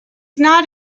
not